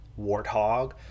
Warthog